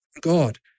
God